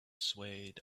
swayed